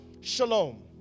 Shalom